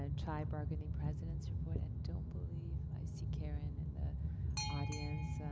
and chi bargaining president's report. i don't believe i see karen in the audience.